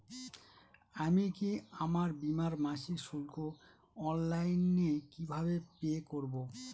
আমি কি আমার বীমার মাসিক শুল্ক অনলাইনে কিভাবে পে করব?